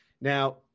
Now